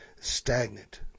stagnant